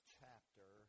chapter